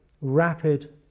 rapid